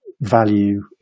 Value